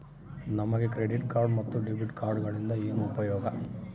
ನಮಗೆ credit card ಮತ್ತು debit ಕಾರ್ಡುಗಳಿಂದ ಏನು ಉಪಯೋಗ?